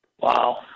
Wow